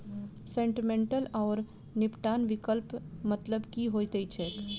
Settlement आओर निपटान विकल्पक मतलब की होइत छैक?